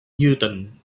newton